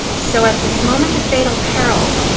so at this moment of fatal peril,